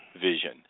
vision